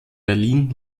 berlin